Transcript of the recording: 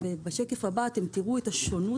בשקף שיוצג עתה תוכלו לראות את השונות